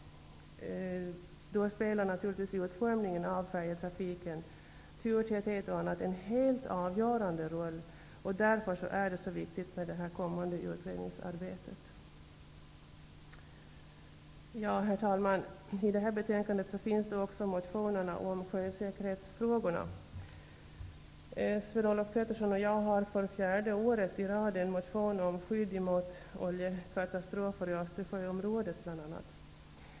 Då spelar naturligtvis utformningen av färjetrafiken, turtäthet osv., en helt avgörande roll. Därför är det så viktigt med det kommande utredningsarbetet. Herr talman! I detta betänkande har motionerna om sjösäkerhetsfrågorna behandlats. Sven-Olof Petersson och jag har för fjärde året i rad väckt en motion om skydd bla.a. mot oljekatastrofer i Östersjöområdet.